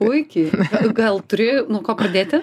puikiai gal turi nuo ko pradėti